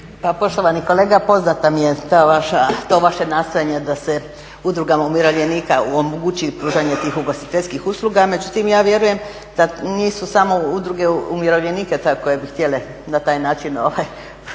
poštovani kolega poznato mi je to vaše nastojanje da se udrugama umirovljenika omogući pružanje tih ugostiteljskih usluga, međutim ja vjerujem da nisu samo udruge umirovljenika te koje bi htjele na taj način obavljati